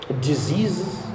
diseases